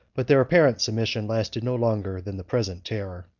but their apparent submission lasted no longer than the present terror.